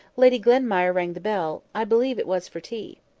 lady glenmire rang the bell i believe it was for tea.